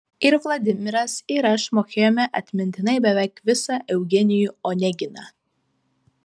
ir vladimiras ir aš mokėjome atmintinai beveik visą eugenijų oneginą